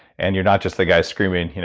and you're not just the guy screaming,